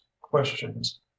questions